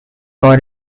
for